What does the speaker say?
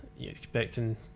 expecting